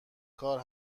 کار